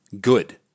good